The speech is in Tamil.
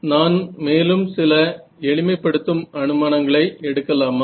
நான் மேலும் சில எளிமைப்படுத்தும் அனுமானங்களை எடுக்கலாமா